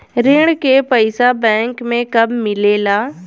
ऋण के पइसा बैंक मे कब मिले ला?